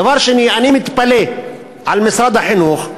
דבר שני, אני מתפלא על משרד החינוך,